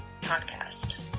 podcast